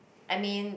I mean